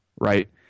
right